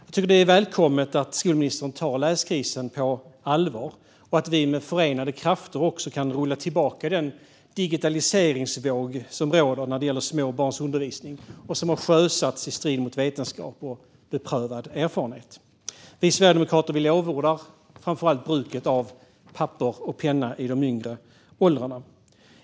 Jag tycker att det är välkommet att skolministern tar läskrisen på allvar och att vi med förenade krafter kan rulla tillbaka den digitaliseringsvåg som råder när det gäller små barns undervisning och som har sjösatts i strid mot vetenskap och beprövad erfarenhet. Vi sverigedemokrater lovordar framför allt bruket av papper och penna i de yngre åldrarna.